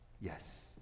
yes